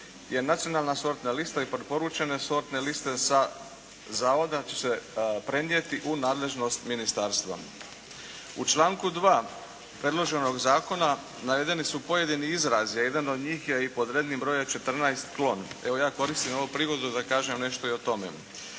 je nacionalna sortna lista i preporučene sortne liste sa zavoda će se prenijeti u nadležnost ministarstva. U članku 2. predloženog zakona navedeni su pojedini izrazi a jedan od njih je i pod rednim brojem 14 klon. Evo, ja koristim ovu prigodu da kažem nešto i o tome.